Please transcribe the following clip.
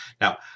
Now